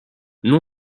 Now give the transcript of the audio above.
non